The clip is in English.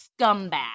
scumbag